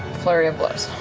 flurry of blows.